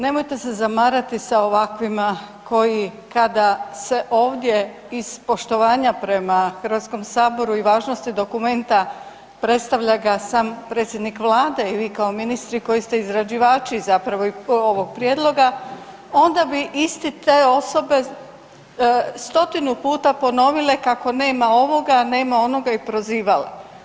Nemojte se zamarati sa ovakvima koji kada se ovdje iz poštovanja prema HS-u i važnosti dokumenta predstavlja ga sam predsjednik Vlade i vi kao ministri koji ste izrađivači zapravo i ovog prijedloga, onda bi isti te osobe stotinu puta ponovile kako nema ovoga, nema onoga i prozivale.